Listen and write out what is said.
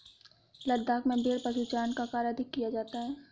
लद्दाख में भेड़ पशुचारण का कार्य अधिक किया जाता है